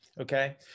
Okay